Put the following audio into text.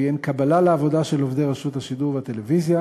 שלפיהן קבלה לעבודה של עובדי רשות השידור והטלוויזיה